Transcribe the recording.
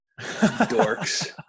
dorks